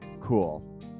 cool